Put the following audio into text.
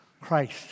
Christ